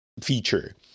feature